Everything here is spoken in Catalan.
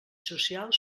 social